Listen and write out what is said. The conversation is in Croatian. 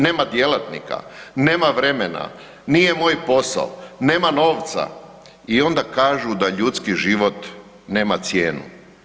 Nema djelatnika, nema vremena, nije moj posao, nema novca i onda kažu da ljudski život nema cijenu.